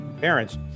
parents